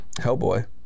Hellboy